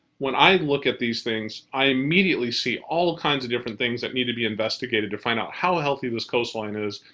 when i look at these things, i immediately see all kinds of different things that need to be investigated to find out how healthy this coastline is,